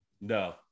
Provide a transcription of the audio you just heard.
No